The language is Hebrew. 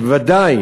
ובוודאי